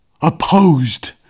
opposed